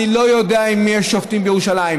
אני לא יודע אם יש שופטים בירושלים,